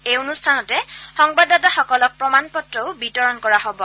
এই অনুষ্ঠানতে সংবাদদাতাসকলক প্ৰমাণপত্ৰও বিতৰণ কৰা হব